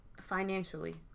financially